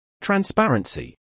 Transparency